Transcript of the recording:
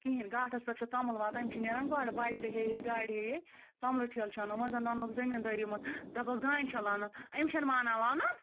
کِہیٖنۍ گاٹھَس پٮ۪ٹھ چھِ توٚمُل واتان یِم چھِ نیران گۄڈٕ بایِکہٕ ہے ہے گاڑِ ہے ہے توٚملہٕ ٹھیلہٕ چھِ اَنان وۄنۍ زَنہٕ وَنوکھ زٔمیٖندٲری منٛز دَپوکھ دانہِ چھو لونُن یِم چھِنہٕ مانان لونُن